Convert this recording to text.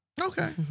okay